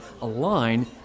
Align